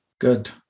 Good